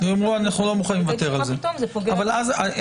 ויאמרו מה פתאום זה פוגע --- ויאמרו אנחנו לא מוכנים לוותר על זה.